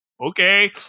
okay